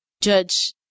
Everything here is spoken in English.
judge